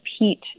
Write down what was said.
repeat